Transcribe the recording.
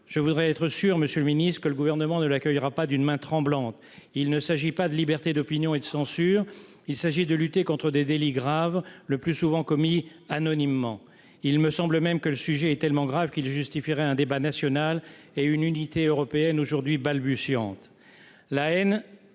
Je voudrais être sûr, monsieur le secrétaire d'État, que le Gouvernement ne l'accueillera pas d'une main tremblante. Il ne s'agit pas de liberté d'opinion ni de censure, mais de lutte contre des délits graves, le plus souvent commis anonymement. Il me semble même que le sujet est tellement grave qu'il justifierait un débat national et une unité européenne aujourd'hui balbutiante. La haine